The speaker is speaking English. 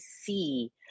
see